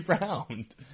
round